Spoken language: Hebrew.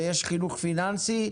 ויש חינוך פיננסי.